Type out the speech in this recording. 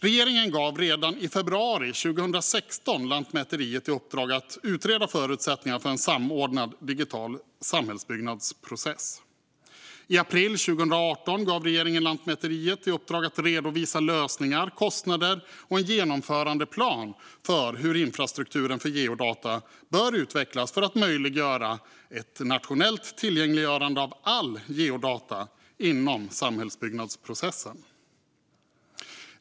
Regeringen gav redan i februari 2016 Lantmäteriet i uppdrag att utreda förutsättningarna för en samordnad digital samhällsbyggnadsprocess. I april 2018 gav regeringen Lantmäteriet i uppdrag att redovisa lösningar, kostnader och en genomförandeplan för hur infrastrukturen för geodata bör utvecklas för att möjliggöra ett nationellt tillgängliggörande av alla geodata inom samhällsbyggnadsprocessen.